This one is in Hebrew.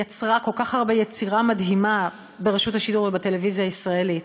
יצרה כל כך הרבה יצירה מדהימה ברשות השידור ובטלוויזיה הישראלית.